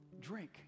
Drink